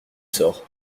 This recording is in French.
sort